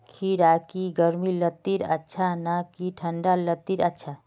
खीरा की गर्मी लात्तिर अच्छा ना की ठंडा लात्तिर अच्छा?